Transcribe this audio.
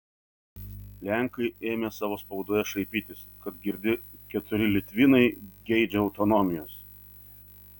lenkai ėmė savo spaudoje šaipytis kad girdi keturi litvinai geidžia autonomijos